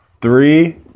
Three